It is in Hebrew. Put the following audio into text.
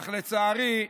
אך לצערי,